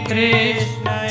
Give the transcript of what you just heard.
Krishna